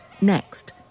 Next